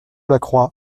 lacroix